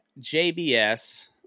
JBS